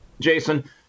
Jason